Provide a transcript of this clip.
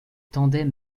tandem